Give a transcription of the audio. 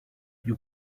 you